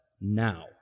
now